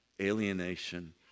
alienation